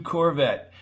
Corvette